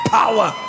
power